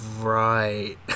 right